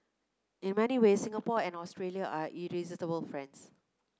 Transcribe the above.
in many ways Singapore and Australia are irresistible friends